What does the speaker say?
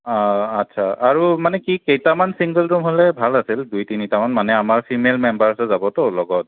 অঁ আচ্ছা আৰু মানে কি কেইটামান চিংগল ৰুম হ'লে ভাল আছিল দুই তিনিটামান মানে আমাৰ ফিমেল মেম্বাৰছো যাবতো লগত